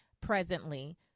presently